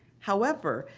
however,